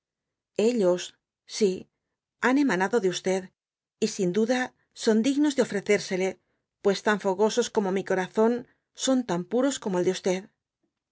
euos si han emanado de y sin duda son dignos de ofrecérmele pues tan fogosos como mi corazón son tan puros como el de los